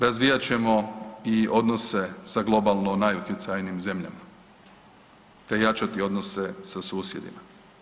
Razvijat ćemo i odnose sa globalno najutjecajnijim zemljama, te jačati odnose sa susjedima.